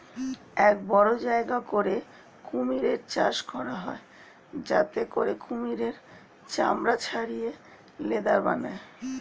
এক বড় জায়গা করে কুমির চাষ করা হয় যাতে করে কুমিরের চামড়া ছাড়িয়ে লেদার বানায়